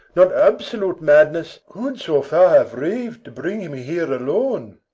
not absolute madness could so far have rav'd, to bring him here alone.